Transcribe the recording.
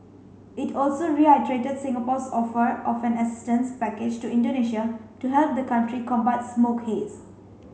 it also Singapore's offer of an assistance package to Indonesia to help the country combat smoke haze